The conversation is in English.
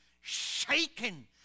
shaken